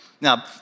Now